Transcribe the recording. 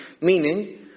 meaning